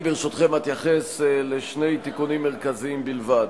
ברשותכם, אני אתייחס לשני תיקונים מרכזיים בלבד.